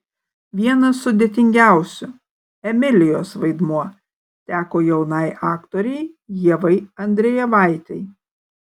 vienas sudėtingiausių emilijos vaidmuo teko jaunai aktorei ievai andrejevaitei